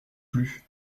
plus